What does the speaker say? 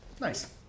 nice